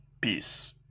peace